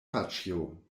paĉjo